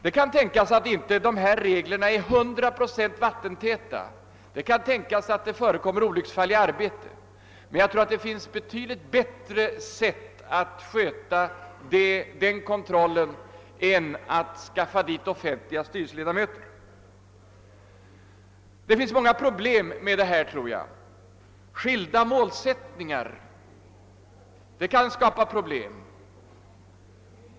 Det kan tänkas att dessa regler inte är hundraprocentigt vattentäta, det kan tänkas att det förekommer olycksfall i arbetet, men jag tror att det finns betydligt bättre sätt att sköta kontrollen än att tillsätta offentliga styrelseledamöter. Det kan uppstå många problem i detta sammanhang, tror jag. Skilda målsättningar — det kan skapa problem.